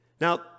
Now